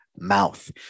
Mouth